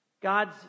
God's